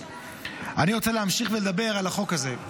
אני רוצה להמשיך לדבר על החוק הזה.